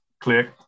click